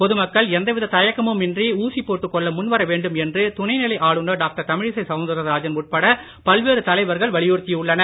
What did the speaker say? பொதுமக்கள் எந்தவித தயக்கமுமின்றி ஊசிப் போட்டுக் கொள்ள முன்வர வேண்டும் என்று துணைநிலை ஆளுநர் டாக்டர் தமிழிசை சவுந்தரராஜன் உட்பட பல்வேறு தலைவர்கள் வலியுறுத்தியுள்ளனர்